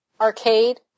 arcade